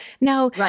Now